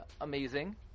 amazing